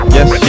Yes